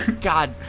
God